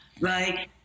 right